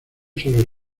sobre